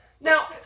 Now